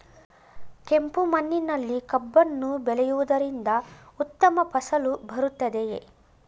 ಕೆಂಪು ಮಣ್ಣಿನಲ್ಲಿ ಕಬ್ಬನ್ನು ಬೆಳೆಯವುದರಿಂದ ಉತ್ತಮ ಫಸಲು ಬರುತ್ತದೆಯೇ?